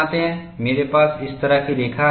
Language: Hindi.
मेरे पास इस तरह की रेखा हैं